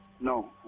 No